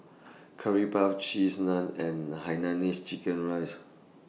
Curry Puff Cheese Naan and Hainanese Chicken Rice